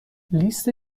لیست